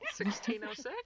1606